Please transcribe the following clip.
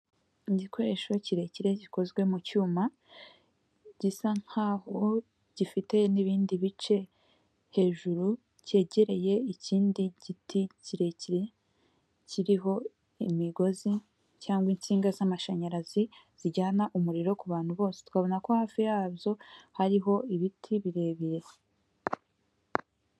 Igikoresho kirekire gikozwe mu cyuma gisa nk'aho gifite n'ibindi bice hejuru kegereye ikindi giti kirekire kiriho imigozi cyangwa insinga z'amashanyarazi zijyana umuriro ku bantu bose twabona ko hafi yabyo hariho ibiti birebire.